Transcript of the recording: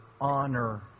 honor